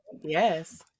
Yes